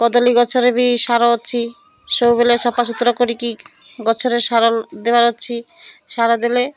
କଦଳୀ ଗଛରେ ବି ସାର ଅଛି ସବୁବେଳେ ସଫା ସୁୁତୁରା କରିକି ଗଛରେ ସାର ଦେବାର ଅଛି ସାର ଦେଲେ